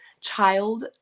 child